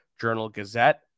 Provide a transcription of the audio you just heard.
Journal-Gazette